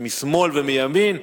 משמאל ומימין.